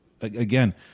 Again